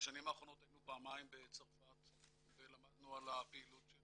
בשנים האחרונות היינו פעמיים בצרפת ולמדנו על הפעילות של